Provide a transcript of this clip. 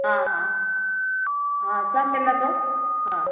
हा हा हा सभु मिलंदो हा